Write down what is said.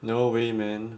no way man